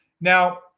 Now